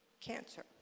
cancer